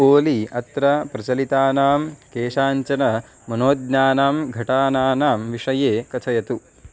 ओली अत्र प्रचलितानां केषाञ्चनमनोज्ञानां घटानानां विषये कथयतु